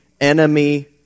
enemy